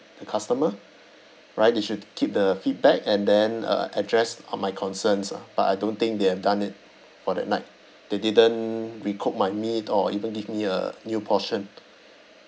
the customer right they should keep the feedback and then uh address uh my concerns lah but I don't think they have done it for that night they didn't recook my meat or even give me a new portion